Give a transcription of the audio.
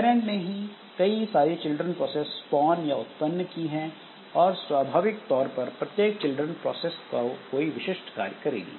parent ने ही कई सारी चिल्ड्रन प्रोसेस स्पॉन या उत्पन्न की हैं और स्वाभाविक तौर पर प्रत्येक चिल्ड्रन प्रोसेस कोई विशिष्ट कार्य करेगी